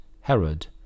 herod